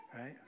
right